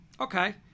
Okay